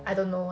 I don't know